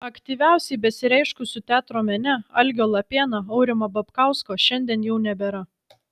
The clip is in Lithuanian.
aktyviausiai besireiškusių teatro mene algio lapėno aurimo babkausko šiandien jau nebėra